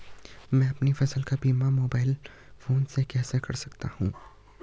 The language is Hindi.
मैं अपनी फसल का बीमा मोबाइल फोन से कैसे कर सकता हूँ?